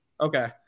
Okay